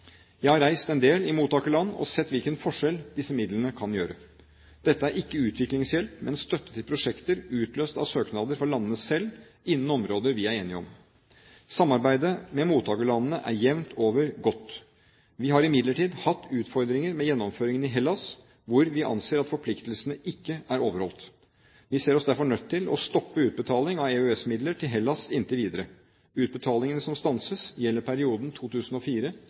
Jeg har reist i en del mottakerland og sett hvilken forskjell disse midlene kan gjøre. Dette er ikke utviklingshjelp, men støtte til prosjekter utløst av søknader fra landene selv innen områder vi er enige om. Samarbeidet med mottakerlandene er jevnt over godt. Vi har imidlertid hatt utfordringer med gjennomføringen i Hellas, hvor vi anser at forpliktelsene ikke er overholdt. Vi ser oss derfor nødt til å stoppe utbetaling av EØS-midler til Hellas inntil videre. Utbetalingene som stanses, gjelder perioden